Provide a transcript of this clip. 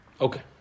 Okay